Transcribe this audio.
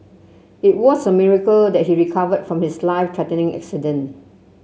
it was a miracle that he recovered from his life threatening accident